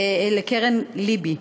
לקרן לב"י.